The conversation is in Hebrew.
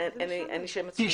אין לי מושג.